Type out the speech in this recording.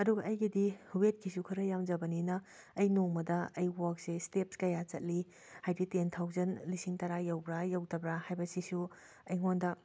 ꯑꯗꯨꯒ ꯑꯩꯒꯤꯗꯤ ꯋꯦꯠꯀꯤꯁꯨ ꯈꯔ ꯌꯥꯝꯖꯕꯅꯤꯅ ꯑꯩ ꯅꯣꯡꯃꯗ ꯑꯩ ꯋꯥꯛꯁꯦ ꯁ꯭ꯇꯦꯞ ꯀꯌꯥ ꯆꯠꯂꯤ ꯍꯥꯏꯗꯤ ꯇꯦꯟ ꯊꯥꯎꯖꯟ ꯂꯤꯁꯤꯡ ꯇꯔꯥ ꯌꯩꯕ꯭ꯔꯥ ꯌꯩꯗꯕ꯭ꯔꯥ ꯍꯥꯏꯕꯁꯤꯁꯨ ꯑꯩꯉꯣꯟꯗ